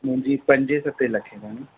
मुंहिंजी पंजे सते लखे पवंदी